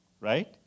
right